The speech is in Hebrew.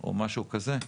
או משהו כזה.